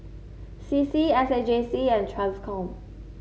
C C S A J C and Transcom